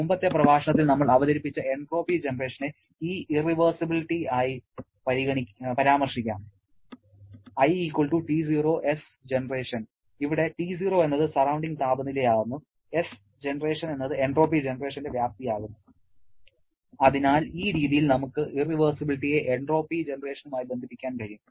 മുമ്പത്തെ പ്രഭാഷണത്തിൽ നമ്മൾ അവതരിപ്പിച്ച എൻട്രോപ്പി ജനറേഷനെ ഈ ഇറവെർസിബിലിറ്റി ആയി ഇപ്പോൾ പരാമർശിക്കാം I ToSgen ഇവിടെ T0 എന്നത് സറൌണ്ടിങ് താപനില ആകുന്നു Sgen എന്നത് എൻട്രോപ്പി ജനറേഷന്റെ വ്യാപ്തി ആകുന്നു അതിനാൽ ഈ രീതിയിൽ നമുക്ക് ഇറവെർസിബിലിറ്റിയെ എൻട്രോപ്പി ജനറേഷനുമായി ബന്ധിപ്പിക്കാൻ കഴിയും